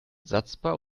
satzbau